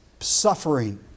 suffering